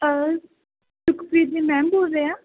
Sukhbir ji ma'am ਬੋਲ ਰਹੇ ਆ